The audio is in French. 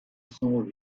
sont